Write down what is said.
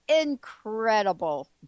incredible